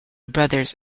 brothers